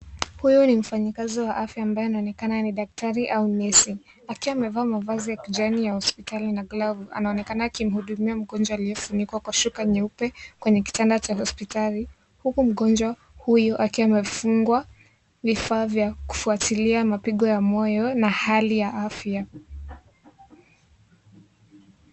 Huyu ni mfanyakazi wa afya ambaye anaoneka ni daktari au nesi, akiwa amevaa mavazi ya kijani ya hospitali na glovu. Anaonekana akimhudumia mgonjwa aliyefunikwa kwa shuka nyeupe kwenye kitanda cha hospitali. Huku mgonjwa huyu akiwa amefungwa vifaa vya kufuatilia mapigo ya moyo na hali ya afya.